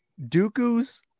Dooku's